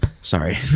sorry